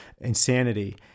insanity